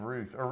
Ruth